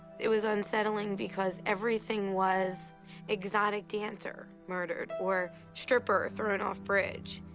it was unsettling because everything was exotic dancer murdered or stripper thrown off bridge.